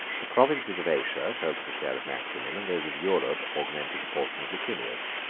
the provinces of asia fell to the share of maximin, and those of europe augmented the portion of licinius.